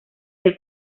del